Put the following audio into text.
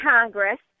Congress